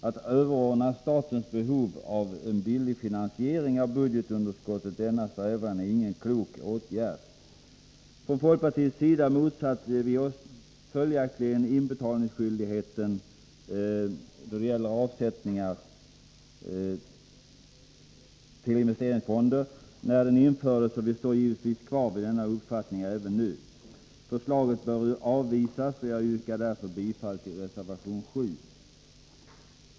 Att överordna statens behov av en billig finansiering av budgetunderskottet denna strävan är ingen klok åtgärd. Från folkpartiets sida motsatte vi oss följaktligen inbetalningsskyldigheten när den infördes beträffande avsättningar till investeringsfonder, och vi står givetvis kvar vid denna uppfattning även nu. Förslaget bör avvisas, och jag yrkar därför bifall till reservation 7.